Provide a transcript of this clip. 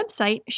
website